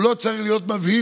הוא לא צריך להיות מבהיל,